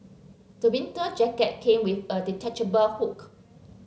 the winter jacket came with a detachable hood